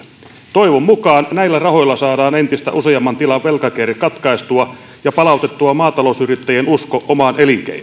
toivon mukaan näillä rahoilla saadaan entistä useamman tilan velkakierre katkaistua ja palautettua maatalousyrittäjien usko omaan